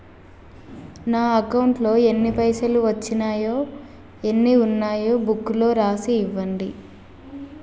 నా అకౌంట్లో ఎన్ని పైసలు వచ్చినాయో ఎన్ని ఉన్నాయో బుక్ లో రాసి ఇవ్వండి?